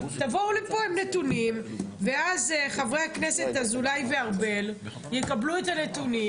תבואו לפה עם נתונים ואז חברי הכנסת אזולאי וארבל יקבלו את הנתונים.